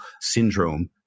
syndrome